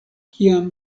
kiam